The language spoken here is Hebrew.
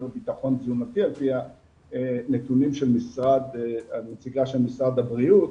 בטחון תזונתי על פי הנתונים של נציגת משרד הבריאות,